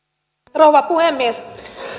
rouva puhemies